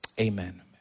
Amen